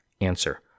Answer